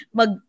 mag